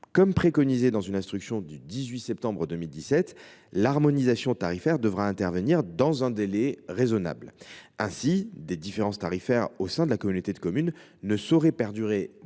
Comme le préconise une instruction du 18 septembre 2017, l’harmonisation tarifaire devra intervenir dans un délai raisonnable. Ainsi, des différences tarifaires au sein de la communauté de communes ne sauraient perdurer